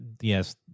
yes